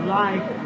life